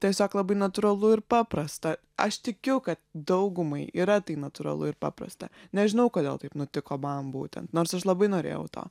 tiesiog labai natūralu ir paprasta aš tikiu kad daugumai yra tai natūralu ir paprasta nežinau kodėl taip nutiko man būtent nors aš labai norėjau to